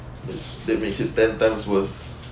that's that makes it ten times worse